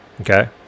Okay